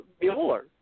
Mueller